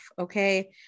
okay